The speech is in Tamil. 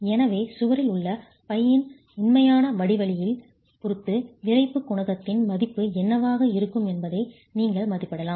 எனவே சுவரில் உள்ள பையின் உண்மையான வடிவவியலைப் பொறுத்து விறைப்பு குணகத்தின் மதிப்பு என்னவாக இருக்கும் என்பதை நீங்கள் மதிப்பிடலாம்